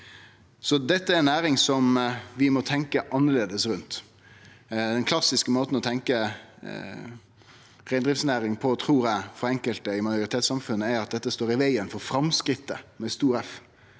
Dette er ei næring som vi må tenkje annleis rundt. Den klassiske måten å tenkje reindriftsnæring på – trur eg, for enkelte i majoritetssamfunnet – er at ho står i vegen for Framsteget med stor F.